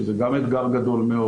שזה גם אתגר גדול מאוד.